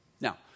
Now